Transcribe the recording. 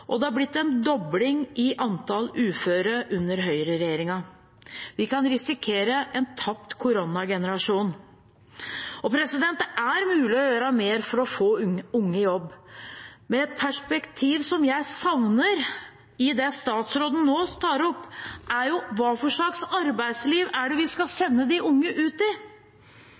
og det er blitt en dobling i antall uføre under høyreregjeringen. Vi kan risikere en tapt koronagenerasjon. Det er mulig å gjøre mer for å få unge i jobb. Et perspektiv som jeg savner i det statsråden nå tar opp, er hva for slags arbeidsliv det er vi skal sende de unge ut i.